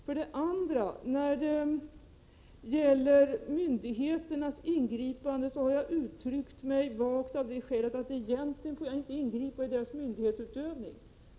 För det andra: När det gäller myndigheternas ingripanden har jag uttryckt mig vagt av det skälet att jag inte får ingripa i deras myndighetsutövning.